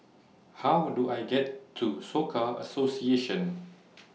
How Do I get to Soka Association